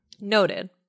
Noted